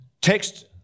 Text